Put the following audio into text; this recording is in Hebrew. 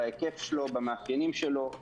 בהיקף שלו,